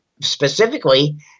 specifically